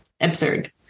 absurd